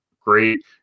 Great –